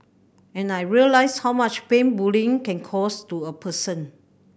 and I realised how much pain bullying can cause to a person